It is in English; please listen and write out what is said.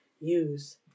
use